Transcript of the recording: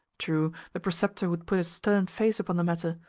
true, the preceptor would put a stern face upon the matter,